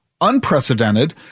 unprecedented